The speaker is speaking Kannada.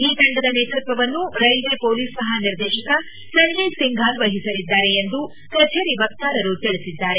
ಈ ತಂಡದ ನೇತೃತ್ವವನ್ನು ರೈಲ್ವೇ ಪೋಲಿಸ್ ಮಹಾನಿರ್ದೇಶಕ ಸಂಜಯ್ ಸಿಂಘಾಲ್ ವಹಿಸಲಿದ್ದಾರೆ ಎಂದು ಕಛೇರಿ ವಕ್ತಾರರು ತಿಳಿಸಿದ್ದಾರೆ